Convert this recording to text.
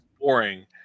boring